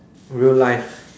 real life